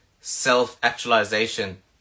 self-actualization